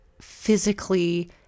physically